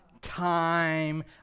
time